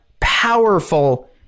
powerful